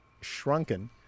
shrunken